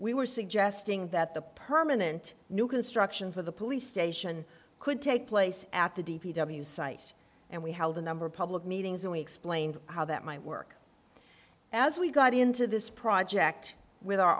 we were suggesting that the permanent new construction for the police station could take place at the d p w site and we held a number of public meetings and we explained how that might work as we got into this project with our